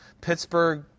Pittsburgh